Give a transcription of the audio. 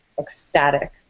ecstatic